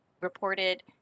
reported